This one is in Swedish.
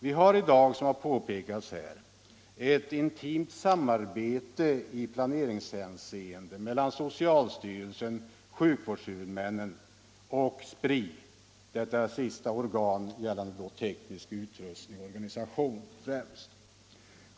Vi har i dag, som påpekats här, ett intimt samarbete i planeringshänseende mellan socialstyrelsen, sjukvårdshuvudmännen och SPRI - samarbetet genom det sistnämnda organet gäller främst teknisk utrustning och organisation.